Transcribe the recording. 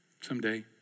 Someday